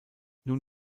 nun